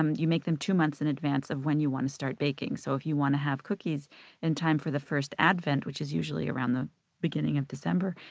um you make them two months in advance of when you want to start baking. so if you want to have cookies in time for the first advent, which is usually around the beginning of december,